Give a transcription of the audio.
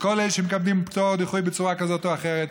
לכל אלה שמקבלים פטור או דיחוי בצורה כזאת או אחרת.